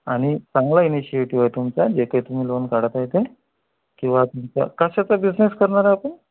आणि चांगला इनिशिएटिव्ह आहे तुमचा जे तुम्ही काही लोन काढत आहे ते किंवा तुमचा कशाचा बिझनेस करणार आहे आपण